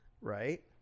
right